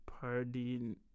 party